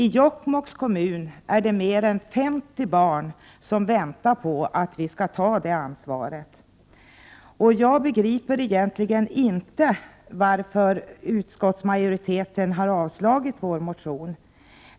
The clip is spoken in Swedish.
I Jokkmokks kommun är det mer än 50 barn som väntar på att vi skall ta det ansvaret. Jag begriper således inte varför utskottsmajoriteten har avstyrkt motionen.